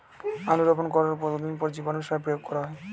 আলু রোপণ করার কতদিন পর জীবাণু সার প্রয়োগ করা হয়?